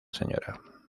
sra